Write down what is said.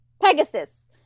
pegasus